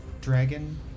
dragon